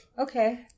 Okay